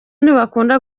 ntibakunda